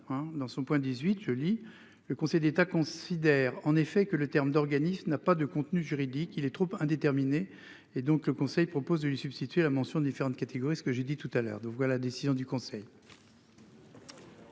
Dans son point 18, je lis le Conseil d'État considère en effet que le terme d'organismes n'a pas de contenu juridique, il est trop indéterminé et donc le Conseil propose de lui substituer la mention différentes catégories. Ce que j'ai dit tout à l'heure de voix. La décision du Conseil.